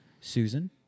Susan